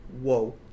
whoa